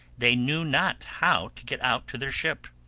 they knew not how to get out to their ship.